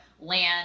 land